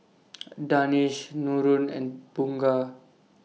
Danish Nurin and Bunga